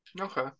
Okay